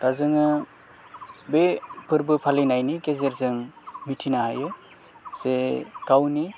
दा जोङो बे फोरबो फालिनायनि गेजेरजों मिथिनो हायो जे गावनि